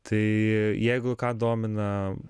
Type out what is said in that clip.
tai jeigu ką domina